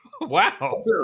Wow